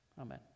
Amen